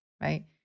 Right